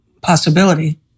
possibility